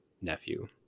nephew